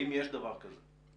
האם יש דבר כזה?